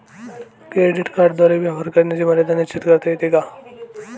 Credit कार्डद्वारे व्यवहार करण्याची मर्यादा निश्चित करता येते का?